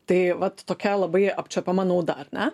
tai vat tokia labai apčiuopiama nauda ar ne